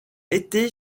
été